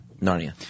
Narnia